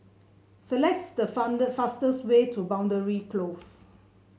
select the found fastest way to Boundary Close